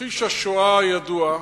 מכחיש השואה הידוע,